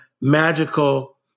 magical